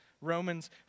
Romans